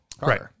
Right